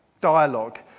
dialogue